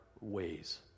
ways